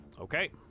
Okay